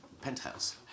penthouse